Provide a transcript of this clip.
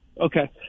Okay